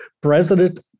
president